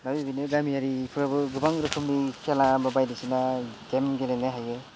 दा बिदिनो गामियारिफोराबो गोबां रोखोमनि खेला बा बायदिसिना गेम गेलेनो हायो